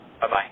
Bye-bye